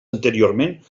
anteriorment